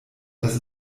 dass